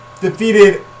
defeated